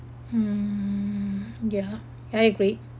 mm yeah I agree